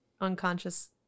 unconscious